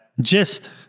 gist